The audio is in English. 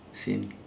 same